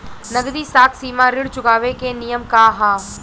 नगदी साख सीमा ऋण चुकावे के नियम का ह?